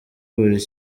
buri